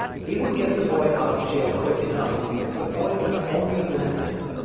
he would get the boy out of jail quick enough if the boy would only let him.